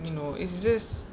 you know it's just